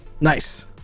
Nice